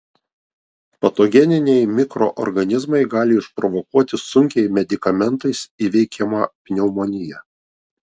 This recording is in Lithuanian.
patogeniniai mikroorganizmai gali išprovokuoti sunkiai medikamentais įveikiamą pneumoniją